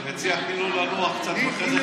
אני מציע שתיתני לו לנוח קצת בחדר.